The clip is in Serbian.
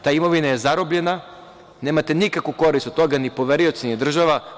Ta imovina je zarobljena, nemate nikakvu korist od toga, ni poverioci ni država.